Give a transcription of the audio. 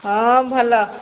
ହଁ ଭଲ